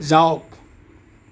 যাওক